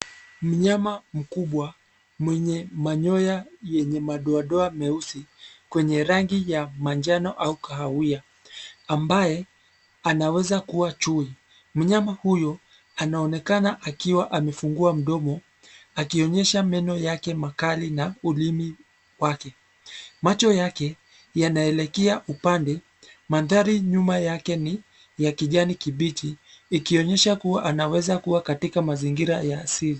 Mnyama mkubwa, mwenye manyoya yenye madoadoa meusi, kwenye rangi ya manjano au kahawia, ambaye, anaweza kuwa chui. Mnyama huyo, anaonekana akiwa amefungua mdomo, akionyesha meno yake makali na, ulimi wake. Macho yake, yanaelekea upande, mandhari nyuma yake ni, ya kijani kibichi, ikionyesha kuwa anaweza kuwa katika mazingira ya asili.